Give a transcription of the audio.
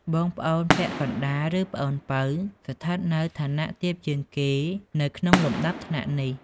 បងប្អូនពាក់កណ្ដាល ឬប្អូនពៅ ស្ថិតនៅឋានៈទាបជាងគេនៅក្នុងលំដាប់ថ្នាក់នេះ។